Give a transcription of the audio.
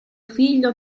figlio